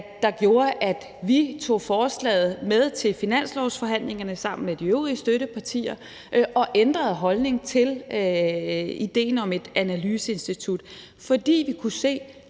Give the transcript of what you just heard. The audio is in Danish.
der gjorde, at vi tog forslaget med til finanslovsforhandlingerne sammen med de øvrige støttepartier og ændrede holdning til idéen om et analyseinstitut. For vi kunne se,